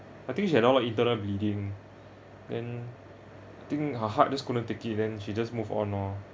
I think she had all the internal bleeding then I think her heart just couldn't take it then she just moved on lor